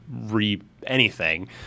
re-anything